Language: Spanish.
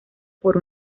por